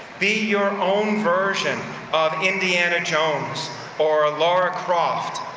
be your own version of indiana jones or lara croft,